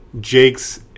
Jake's